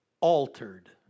altered